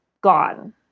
Gone